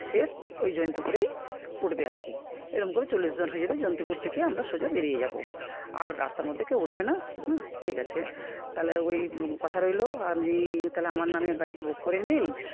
শেষ ওই জয়ন্তপুরেই উঠবে আর কি এরকম করে চল্লিশজন হয়ে যাবে জয়ন্তপুর থেকে আমরা সোজা বেরিয়ে যাব আর রাস্তার মধ্যে কেউ উঠবে না ঠিক আছে তাহলে ওই কথা রইল আপনি তাহলে আমার নামে গাড়িটা বুক করে নিন